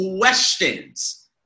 questions